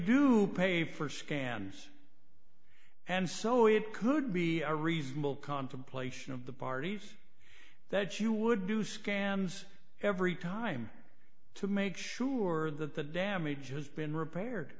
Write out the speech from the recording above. do pay for scans and so it could be a reasonable contemplation of the parties that you would do scans every time to make sure that the damage has been repaired